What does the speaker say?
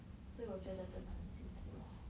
所以我觉得真的很辛苦